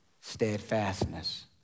steadfastness